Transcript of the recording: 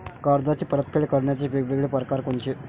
कर्जाची परतफेड करण्याचे वेगवेगळ परकार कोनचे?